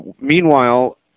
Meanwhile